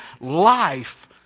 life